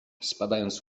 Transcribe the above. spadając